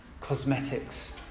cosmetics